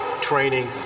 training